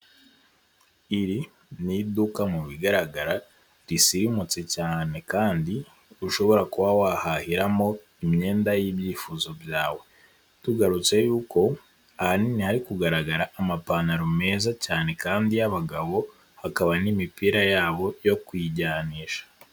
Iri ni iduka mu bigaragara risirimutse cyane kandi ushobora kuba wahahiramo imyenda y'ibyifuzo byawe tugarutse yuko ahanini hari kugaragara amapantaro meza cyane kandi y'abagabo hakaba n'imipira yabo yo kuyijyanisha.